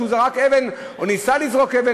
שהוא זרק אבן או ניסה לזרוק אבן,